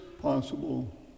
possible